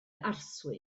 arswyd